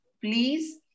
please